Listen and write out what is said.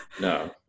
No